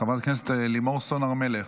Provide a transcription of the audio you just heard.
חברת הכנסת לימור סון הר מלך,